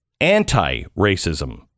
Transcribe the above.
anti-racism